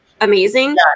Amazing